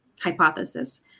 hypothesis